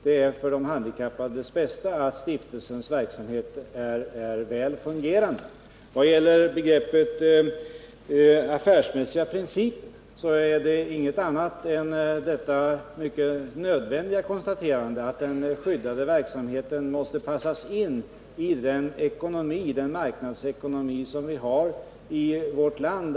Det är för de handikappades bästa viktigt att stiftelsens verksamhet är väl fungerande. Med begreppet ”affärsmässiga principer” avses inget annat än det nödvändiga konstaterandet att det skyddade arbetet måste passas in i den marknadsekonomi som vi har i vårt land.